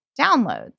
downloads